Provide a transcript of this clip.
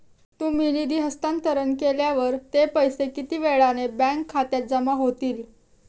तुम्ही निधी हस्तांतरण केल्यावर ते पैसे किती वेळाने बँक खात्यात जमा होतील?